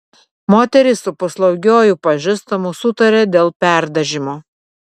moteris su paslaugiuoju pažįstamu sutarė dėl perdažymo